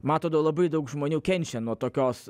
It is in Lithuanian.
matote labai daug žmonių kenčia nuo tokios